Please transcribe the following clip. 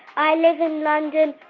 i live in london,